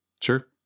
Sure